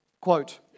quote